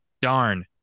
Darn